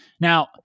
Now